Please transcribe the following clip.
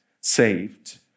saved